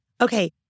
Okay